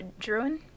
Druin